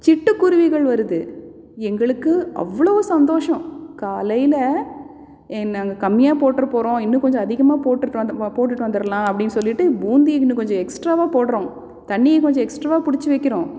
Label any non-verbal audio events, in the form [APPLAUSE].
சிட்டுக்குருவிகள் வருது எங்களுக்கு அவ்வளோ சந்தோஷம் காலையில் நாங்கள் கம்மியாக போட்டுறப் போகிறோம் இன்னும் கொஞ்சம் அதிகமாக போட்டுவிட்டு [UNINTELLIGIBLE] போட்டுவிட்டு வந்துடலாம் அப்படினு சொல்லிவிட்டு பூந்தியை இன்னும் கொஞ்சம் எக்ஸ்ட்ராவாக போடுறோம் தண்ணியை கொஞ்சம் எக்ஸ்ட்ராவாக பிடிச்சி வைக்கிறோம்